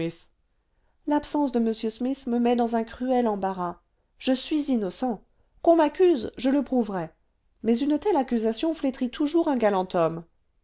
l'absence de m smith me met dans un cruel embarras je suis innocent qu'on m'accuse je le prouverai mais une telle accusation flétrit toujours un galant homme